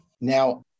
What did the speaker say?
Now